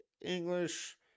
English